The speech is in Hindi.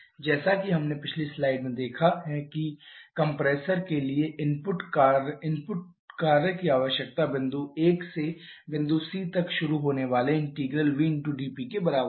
जैसा कि हमने पिछली स्लाइड में देखा है कि कंप्रेसर के लिए कार्य इनपुट की आवश्यकता बिंदु 1 से बिंदु C तक शुरू होने वाले ∫vdP के बराबर है